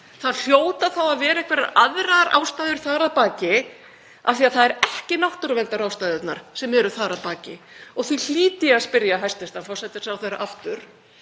Það hljóta þá að vera einhverjar aðrar ástæður þar að baki af því það eru ekki náttúruverndarástæðurnar sem eru þar að baki. Því hlýt ég að spyrja hæstv. forsætisráðherra aftur: